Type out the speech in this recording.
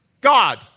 God